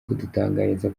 kudutangariza